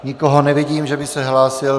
Nikoho nevidím, že by se hlásil.